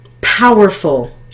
powerful